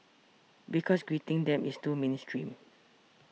because greeting them is too mainstream